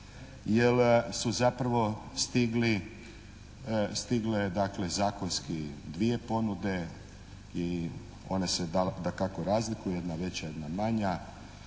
je dakle zakonski dvije ponude i one se dakako razlikuju, jedna veća jedna manja.